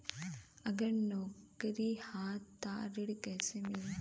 अगर नौकरी ह त ऋण कैसे मिली?